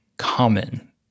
common